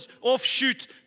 offshoot